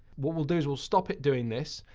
what we'll do is, we'll stop it doing this.